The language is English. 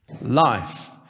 Life